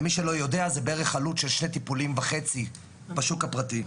למי שלא יודע זה בערך עלות של שני טיפולים וחצי בשוק הפרטי.